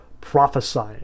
prophesying